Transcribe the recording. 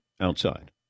outside